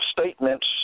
statements